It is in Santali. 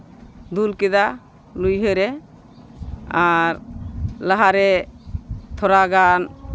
ᱫᱩᱞ ᱠᱮᱫᱟ ᱞᱩᱭᱦᱟᱹ ᱨᱮ ᱟᱨ ᱞᱟᱦᱟᱨᱮ ᱛᱷᱚᱲᱟᱜᱟᱱ